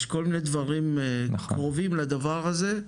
יש כל מני דברים קרובים לדבר הזה,